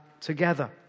together